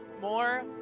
more